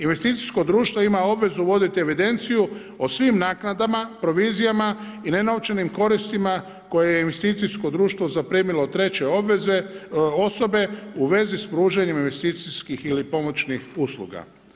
Investicijsko društvo ima obvezu voditi evidenciju o svim naknadama, provizijama i ne novčanim koristima koje je investicijsko društvo zaprimilo treće osobe u vezi s pružanjem investicijskih ili pomoćnih usluga.